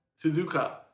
Suzuka